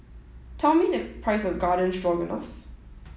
tell me the price of Garden Stroganoff